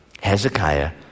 Hezekiah